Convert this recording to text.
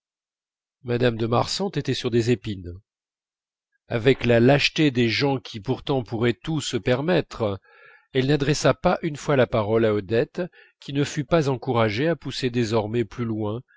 mme de marsantes était sur des épines avec la lâcheté des gens qui pourtant pourraient tout se permettre elle n'adressa pas une fois la parole à odette qui ne fut pas encouragée à pousser désormais plus loin